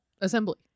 Assembly